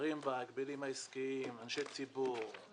שחברים בה ההגבלים העסקיים, אנשי ציבור.